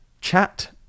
chat